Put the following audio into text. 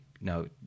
no